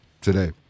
today